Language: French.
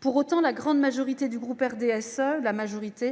Pour autant, la majorité du groupe RDSE, tout